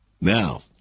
Now